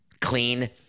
clean